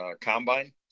combine